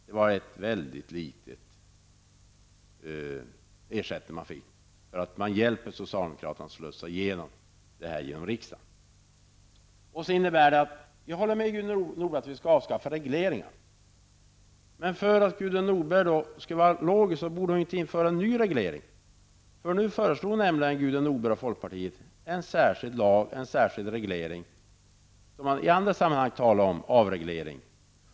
Det var en väldigt liten ersättning man fick för att man hjälper socialdemokraterna att slussa detta förslag genom riksdagen. Jag håller med Gudrun Norberg om att vi skall avskaffa regleringar. Men om Gudrun Norberg skall vara logisk, borde hon inte införa en ny reglering. Nu föreslår ju Gudrun Norberg och folkpartiet en särskild reglering, fastän de i andra sammanhang talar om avreglering.